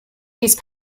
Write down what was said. these